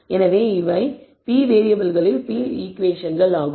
எனவே இவை p வேறியபிள்களில் p ஈகுவேஷன்கள் ஆகும்